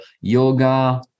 yoga